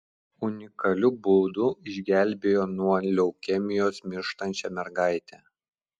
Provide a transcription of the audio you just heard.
unikaliu būdu išgelbėjo nuo leukemijos mirštančią mergaitę